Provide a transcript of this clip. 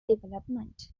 development